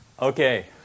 Okay